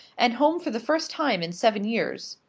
and home for the first time in seven years.